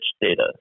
Data